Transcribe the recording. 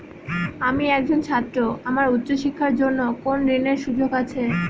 আমি একজন ছাত্র আমার উচ্চ শিক্ষার জন্য কোন ঋণের সুযোগ আছে?